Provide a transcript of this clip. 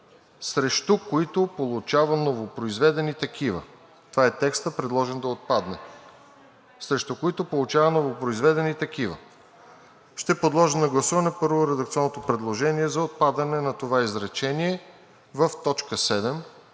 „срещу които получава новопроизведени такива.“ Това е текстът, предложен да отпадне. Ще подложа на гласуване, първо, редакционното предложение за отпадане на това изречение в точка 7,